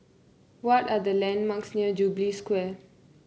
what are the landmarks near Jubilee Square